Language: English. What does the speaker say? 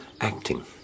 Acting